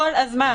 כל הזמן.